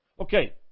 Okay